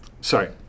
sorry